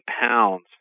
pounds